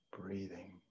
breathing